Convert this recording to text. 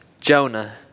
Jonah